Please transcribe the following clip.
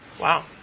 Wow